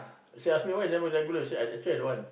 they ask me why I never regular I said I actually I don't want